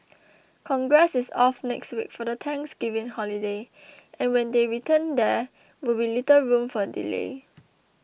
congress is off next week for the Thanksgiving holiday and when they return there will be little room for delay